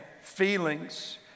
feelings